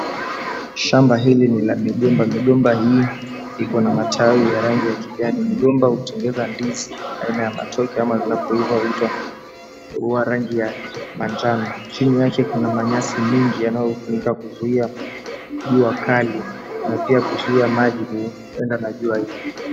Shamba hili ni la migomba. Migomba hii iko na matawi ya rangi ya kijani. Migomba hutengeza ndizi aina ya matoke ama zinapoiva huwa rangi ya manjano. Chini yake kuna manyasi mingi yanayotumika kuzuia jua kali na pia kuzuia maji kwenda na jua hii.